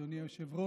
אדוני היושב-ראש,